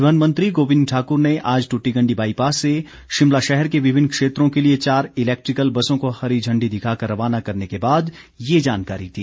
परिवहन मंत्री गोविंद ठाकुर ने आज दूटीकंडी बाईपास से शिमला शहर के विभिन्न क्षेत्रों के लिए चार इलेक्ट्रिकल बसों को हरी झंडी दिखा कर रवाना करने के बाद ये जानकारी दी